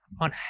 on